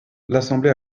l’assemblée